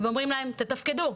ואומרים להם תתפקדו.